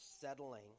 settling